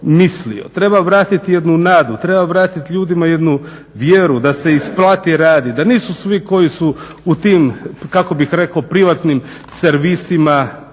Treba vratit jednu nadu, treba vratit ljudima jednu vjeru da se isplati radit, da nisu svi koji su u tim privatnim servisima